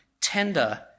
tender